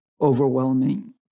overwhelming